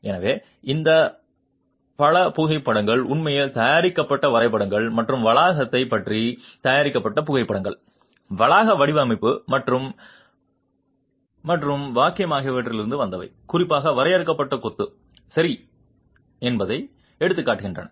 எனவே இந்த பல புகைப்படங்கள் உண்மையில் தயாரிக்கப்பட்ட வரைபடங்கள் மற்றும் வளாகத்தைப் பற்றி தயாரிக்கப்பட்ட புகைப்படங்கள் வளாக வடிவமைப்பு மற்றும் மரணதண்டனை ஆகியவற்றிலிருந்து வந்தவை குறிப்பாக வரையறுக்கப்பட்ட கொத்து சரி என்பதை எடுத்துக்காட்டுகின்றன